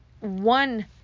one